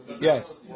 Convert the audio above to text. Yes